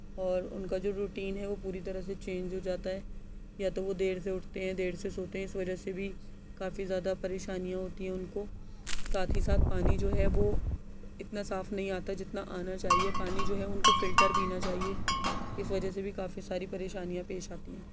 اور ان کا جو روٹین ہے وہ پوری طرح سے چینج ہو جاتا ہے یا تو وہ دیر سے اٹھتے ہیں دیر سے سوتے ہیں اس وجہ سے بھی کافی زیادہ پریشانیاں ہوتی ہیں ان کو ساتھ ہی ساتھ پانی جو ہے وہ اتنا صاف نہیں آتا جتنا آنا چاہیے پانی جو ہے ان کو فلٹر پینا چاہیے اس وجہ سے بھی کافی ساری پریشانیاں پیش آتی ہیں